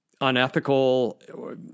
unethical